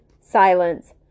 silence